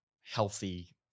healthy